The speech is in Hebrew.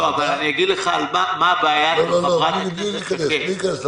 אני אגיד לך מה הבעיה --- בלי להיכנס לבעיות.